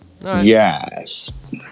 Yes